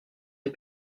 les